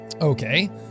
Okay